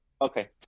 Okay